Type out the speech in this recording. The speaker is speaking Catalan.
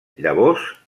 llavors